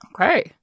Okay